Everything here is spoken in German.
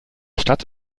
stadt